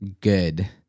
good